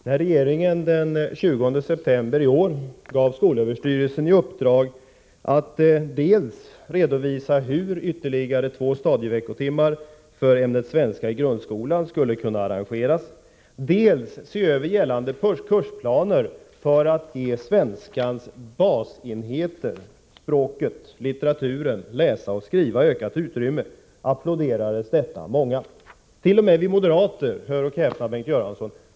Herr talman! När regeringen den 20 september i år gav skolöverstyrelsen i uppdrag att dels redovisa hur ytterligare två stadieveckotimmar för ämnet svenska i grundskolan skulle kunna arrangeras, dels se över gällande kursplaner för att ge svenskans basenheter — språket, litteraturen, läsa och skriva — ökat utrymme, applåderades detta av många. T. o. m. vi moderater — hör och häpna, Bengt Göransson!